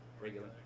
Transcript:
Regular